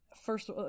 First